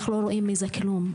אנחנו לא רואים מזה כלום.